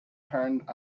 turned